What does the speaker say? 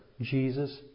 Jesus